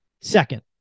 Second